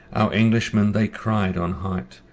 our englishmen they cried on hyght,